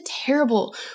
terrible